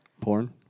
porn